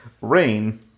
Rain